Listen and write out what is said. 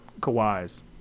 Kawhi's